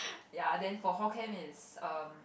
ya then for hall camp is um